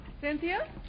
Cynthia